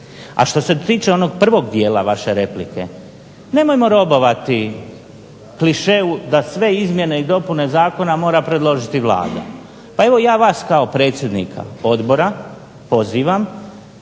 A što se tiče onog prvog dijela vaše replike, nemojmo robovati klišeju da sve izmjene i dopune zakona mora predložiti Vlada. Pa evo ja vas kao predsjednika odbora pozivam